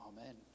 Amen